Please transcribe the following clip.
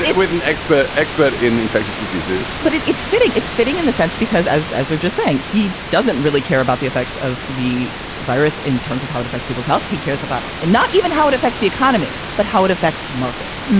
with an expert expert in infectious diseases but it's it's fitting it's fitting in the sense, because as as we're just saying, he doesn't really care about the effects of the virus in terms of how it affects people's health. he cares about it and not even how it affects the economy, but how it affects markets,